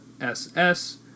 SS